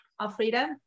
Alfreda